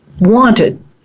wanted